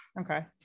Okay